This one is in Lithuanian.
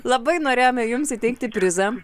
labai norėjome jums įteikti prizą